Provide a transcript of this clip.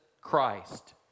Christ